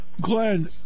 Glenn